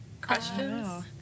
questions